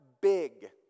big